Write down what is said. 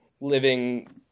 living